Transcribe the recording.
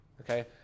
okay